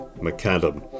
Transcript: Macadam